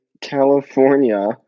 California